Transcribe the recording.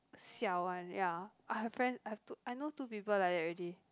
siao [one] ya I have friend I have two I know two people like that already